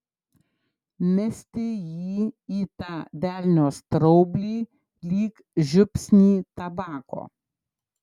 mesti jį į tą velnio straublį lyg žiupsnį tabako